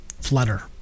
flutter